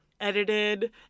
edited